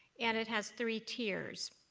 and it has three tiers.